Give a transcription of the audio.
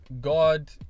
god